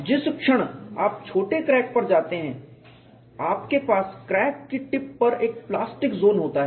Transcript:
जिस क्षण आप छोटे क्रैक पर जाते हैं आपके पास क्रैक की टिप पर एक प्लास्टिक ज़ोन होता है